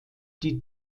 die